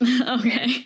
Okay